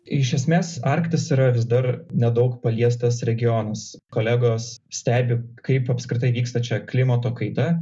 iš esmės arktis yra vis dar nedaug paliestas regionas kolegos stebi kaip apskritai vyksta čia klimato kaita